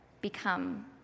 become